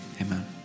Amen